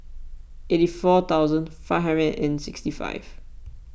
eighty four thousand five hundred and sixty five